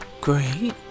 great